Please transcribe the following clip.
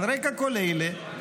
על רקע כל אלה,